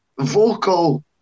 vocal